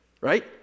right